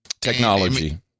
technology